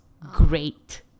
great